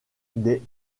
des